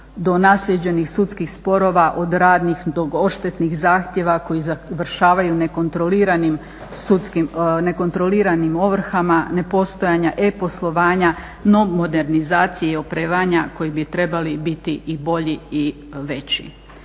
do naslijeđenih sudskih sporova od radnih do odštetnih zahtjeva koji završavaju nekontroliranim sudskim, nekontroliranim ovrhama, nepostojanja e-poslovanja, … modernizacije … koji bi trebali biti i bolji i veći.